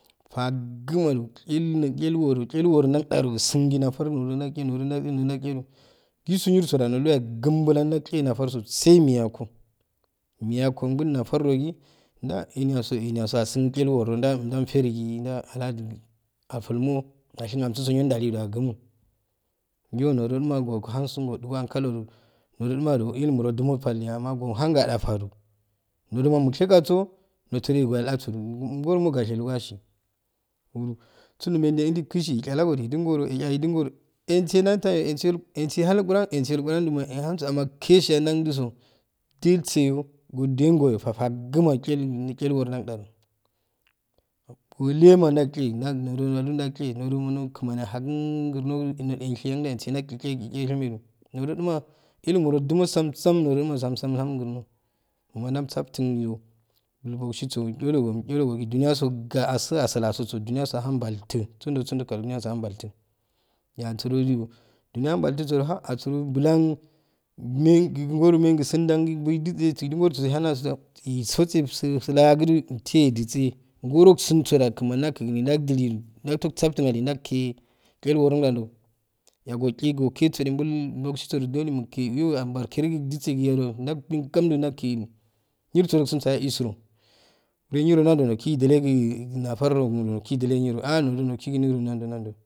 Fagmaju cheine chelworo chelworo nanjaro gisingi nafar nolonal che nu jonalche nojonalehe ju gisu nirsu janola seyaye gnbulum nache nafurso sai miyanko miyanko kulnatar rugi ja ehni asun ehin aso chei worjo jadanferigiyi aajili afulmu ashin amsu so yiro jaliju agumo yonojo uma gohansum ojugo ankai oju moju uma ju ilamu nojumo bal liya amma ohan galafaju nojuma musheka so notodo el koyal also jum goro mulgashi uro sunjomenjeyel kishi chalago ijin goro el infingoro isinyen nantayyo isinyo inq iginyo eh han inquran isinyo juma eh hanso amma keshiy annanjiso jilseyo go jain goyo fafagma chel chelwojo nan fajo wolema jalche jannojo nojo jagche nodo nol kmani ahagjin grnol tnul ishiyanjatsi jag jieh dichi shimeju nodo juma ilumu ro jumo sam sam nojojuma sam sam mwlhamogrno homojamsaf tiyo mulbog shiso chologo un chologogi juniyaso ga asuasul soso juniyaso ahan baltu sunjo sunjo kai funiyaso ahanbalti ya asuro gitu juniya han baltugo ju ha asure bulan mengi koro mengi sin dangi laijitse sobaijigorsiso lhan nan josso isose jusisi lakoju te idise goro sunso ja kamani nakiginni jaljiliju jagokosat tin ali jakire ke iworunjanjo ya guji go kesoeh barbogshiso ju joemikke yo ambarkerogi jise jido janmeye gamju jumkemo nursoju isun soyahe isiro wure niro nan doru nukijile giyyi nafurromodo nukikidile niro nojo nukkiki niko han jo nanjo.